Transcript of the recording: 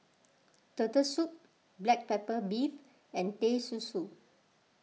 Turtle Soup Black Pepper Beef and Teh Susu